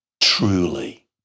Truly